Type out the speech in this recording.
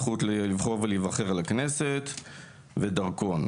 הזכות לבחור ולהיבחר לכנסת ודרכון.